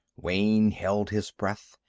wayne held his breath,